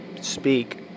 speak